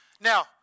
Now